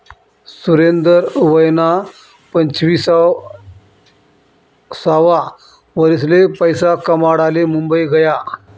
सुरेंदर वयना पंचवीससावा वरीसले पैसा कमाडाले मुंबई गया